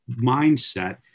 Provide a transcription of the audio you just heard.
mindset